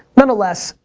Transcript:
nonetheless,